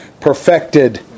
perfected